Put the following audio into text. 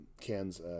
cans